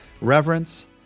Reverence